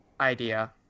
idea